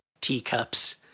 teacups